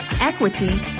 equity